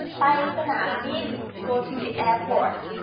but and i mean go to the airport,